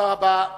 תודה רבה.